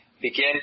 begin